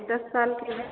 दस साल के लिए